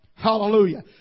Hallelujah